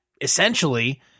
essentially